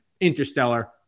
Interstellar